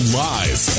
live